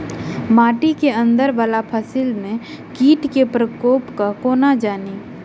माटि केँ अंदर वला फसल मे कीट केँ प्रकोप केँ कोना जानि?